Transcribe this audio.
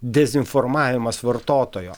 dezinformavimas vartotojo